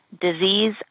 disease